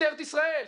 משטרת ישראל,